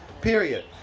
Period